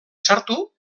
sartu